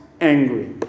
angry